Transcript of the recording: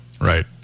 Right